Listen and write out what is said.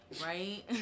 right